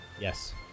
Yes